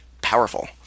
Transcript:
powerful